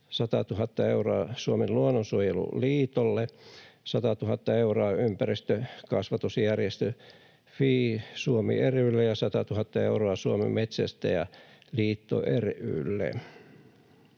100 000 euroa Suomen luonnonsuojeluliitolle, 100 000 euroa ympäristökasvatusjärjestö FEE Suomi ry:lle ja 100 000 euroa Suomen Metsästäjäliitto ry:lle.